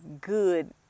good